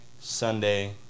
Sunday